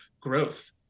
growth